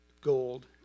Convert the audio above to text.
gold